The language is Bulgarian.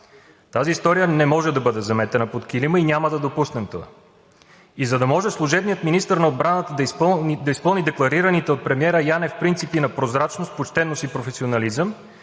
Тази история не може да бъде заметена под килима и няма да допуснем това. И за да може служебният министър на отбраната да изпълни декларираните от премиера Янев принципи на прозрачност, почтеност и професионализъм,